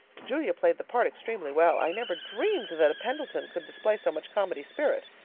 julia played the part extremely well. i never dreamed that a pendleton could display so much comedy spirit